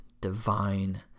divine